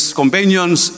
companions